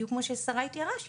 בדיוק כמו ששריי תיארה,